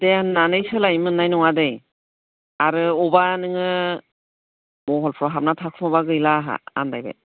दे होननानै सोलायनो मोननाय नङादे आरो अबा नोङो हाबखुमानानै थाबा गैला आंहा आनदायबाय